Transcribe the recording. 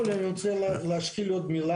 זה נכון שככל שהתכנית נותנת זכויות צריך יהיה